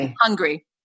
Hungry